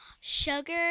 sugar